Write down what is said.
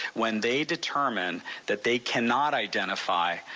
when they determine that they cannot identify,